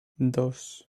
dos